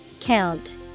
Count